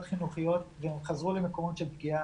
חינוכיות והם חזרו למקומות של פגיעה,